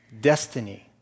destiny